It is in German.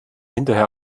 hinterher